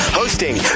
hosting